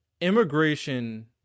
immigration